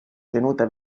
tenuta